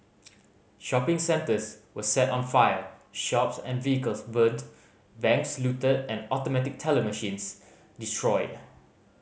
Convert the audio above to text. shopping centres were set on fire shops and vehicles burnt banks looted and automatic teller machines destroyed